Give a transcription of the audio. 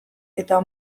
eta